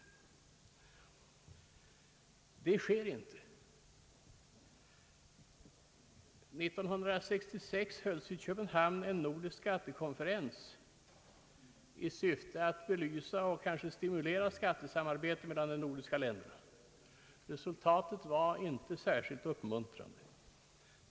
Det sker inte, År 1966 hölls i Köpenhamn en nordisk skattekonferens i syfte att belysa och kanske stimulera skattesamarbetet mellan de nordiska länderna. Resultatet var inte särskilt uppmuntrande.